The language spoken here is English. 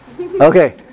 Okay